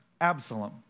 Absalom